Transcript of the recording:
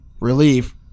relief